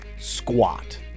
squat